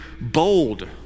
bold